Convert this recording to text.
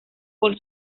por